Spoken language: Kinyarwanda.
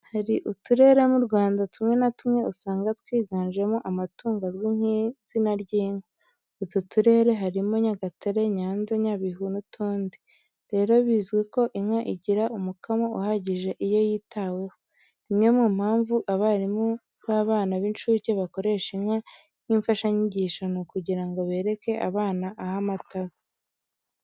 Hari uturere mu Rwanda tumwe na tumwe usanga twiganjemo amatungo azwi ku izina ry'inka. Utu turere harimo Nyagatare, Nyanza, Nyabihu n'utundi. Rero bizwi ko inka igira umukamo uhagije iyo yitaweho. Imwe mu mpamvu abarimu b'abana b'incuke bakoresha inka nk'imfashanyigisho ni ukugira ngo bereke abana aho amata ava.